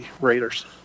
Raiders